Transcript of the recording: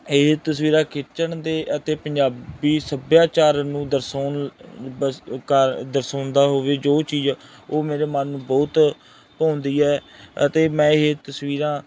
ਇਹ ਤਸਵੀਰਾਂ ਖਿੱਚਣ ਦੇ ਅਤੇ ਪੰਜਾਬੀ ਸੱਭਿਆਚਾਰ ਨੂੰ ਦਰਸਾਉਣ ਦਰਸਾਉਂਦਾ ਹੋਵੇ ਜੋ ਚੀਜ਼ ਉਹ ਮੇਰੇ ਮਨ ਨੂੰ ਬਹੁਤ ਭਾਉਂਦੀ ਹੈ ਅਤੇ ਮੈਂ ਇਹ ਤਸਵੀਰਾਂ